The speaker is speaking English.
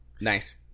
Nice